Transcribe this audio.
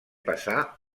passar